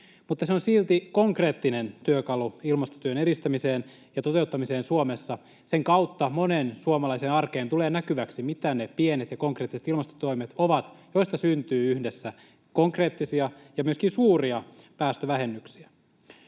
mutta se on silti konkreettinen työkalu ilmastotyön edistämiseen ja toteuttamiseen Suomessa. Sen kautta monen suomalaisen arkeen tulee näkyväksi, mitä ne pienet ja konkreettiset ilmastotoimet ovat, joista syntyy yhdessä konkreettisia ja myöskin suuria päästövähennyksiä.